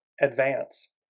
advance